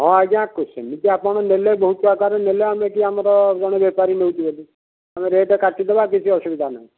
ହଁ ଆଜ୍ଞା ସେମିତି ଆପଣ ନେଲେ ବହୁତ ଆକରରେ ନେଲେ ଆମେ ବି ଆମର ଜଣେ ବେପାରୀ ନେଇକି ଗଲେ ଆମେ ରେଟ୍ କାଟି ଦେବା କିଛି ଅସୁବିଧା ନାହିଁ